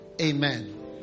Amen